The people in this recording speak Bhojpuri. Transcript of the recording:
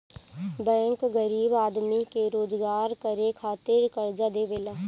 बैंक गरीब आदमी के रोजगार करे खातिर कर्जा देवेला